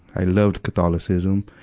i loved catholicism.